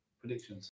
predictions